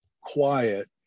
quiet